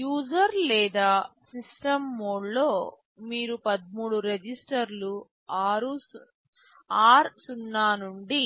user లేదా system మోడ్లో మీరు 13 రిజిస్టర్లు r0 నుండి